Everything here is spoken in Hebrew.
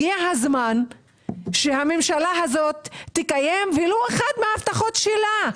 הגיע הזמן שהממשלה הזו תקיים ולו אחת מההבטחות שלה.